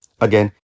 Again